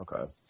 Okay